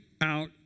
out